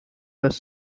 was